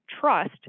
trust